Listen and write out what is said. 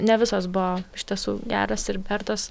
ne visos buvo iš tiesų geros ir vertos